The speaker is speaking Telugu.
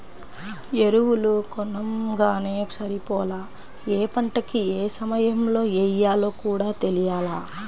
ఎరువులు కొనంగానే సరిపోలా, యే పంటకి యే సమయంలో యెయ్యాలో కూడా తెలియాల